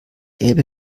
elbe